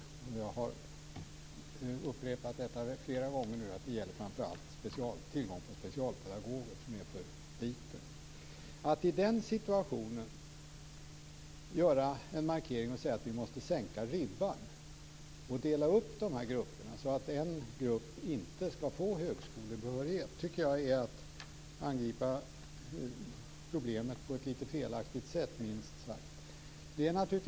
Jag har upprepat flera gånger att det framför allt gäller tillgången på specialpedagoger, som är för liten. Att i den situationen göra en markering och säga att vi måste sänka ribban och dela upp de här grupperna så att en grupp inte ska få högskolebehörighet tycker jag är att angripa problemet på ett lite felaktigt sätt, minst sagt.